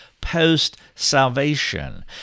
post-salvation